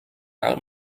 out